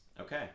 Okay